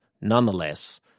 nonetheless